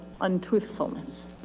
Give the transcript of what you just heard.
untruthfulness